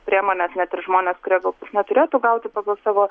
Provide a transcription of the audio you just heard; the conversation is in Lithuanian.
priemones net ir žmonės kurie gal neturėtų gauti pagal savo